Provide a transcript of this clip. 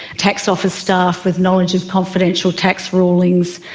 tax office staff with knowledge of confidential tax rulings,